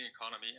economy